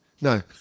No